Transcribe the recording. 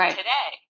today